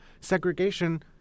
segregation